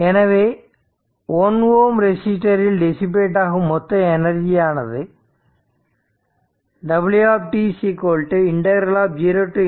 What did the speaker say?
எனவே 1 Ω ரெசிஸ்டர் இல் டிசிபேட் ஆகும் மொத்த எனர்ஜி ஆனது w 0 to ∞∫ 2